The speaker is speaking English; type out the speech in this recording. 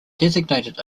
designated